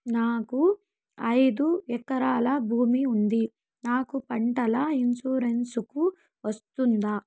నాకు ఐదు ఎకరాల భూమి ఉంది నాకు పంటల ఇన్సూరెన్సుకు వస్తుందా?